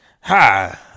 Hi